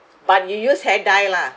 but you use hair dye lah